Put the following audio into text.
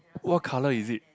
what colour is it